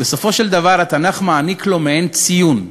בסופו של דבר התנ"ך מעניק לו מעין ציון.